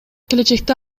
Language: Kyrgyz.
келечекте